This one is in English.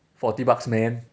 forty bucks man